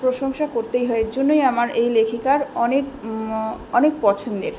প্রশংসা করতেই হয় এর জন্যই আমার এই লেখিকার অনেক অনেক পছন্দের